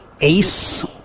ace